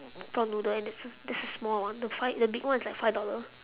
prawn noodle and that's the that's the small one the five the big one is like five dollar